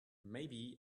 maybe